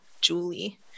Julie